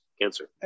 cancer